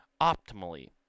optimally